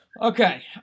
Okay